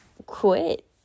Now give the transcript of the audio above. quit